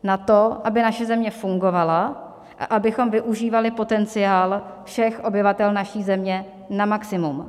Na to, aby naše země fungovala a abychom využívali potenciál všech obyvatel naší země na maximum.